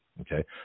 Okay